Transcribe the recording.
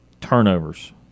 turnovers